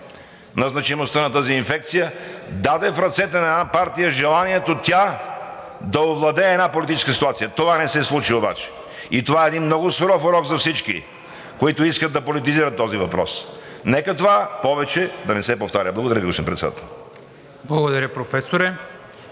на значимостта на тази инфекция даде в ръцете на една партия желанието тя да овладее една политическа ситуация. Това не се случи обаче. Това е един много суров урок за всички, които искат да политизират този въпрос. Нека това повече да не се повтаря! Благодаря Ви, господин Председател. ПРЕДСЕДАТЕЛ